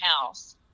house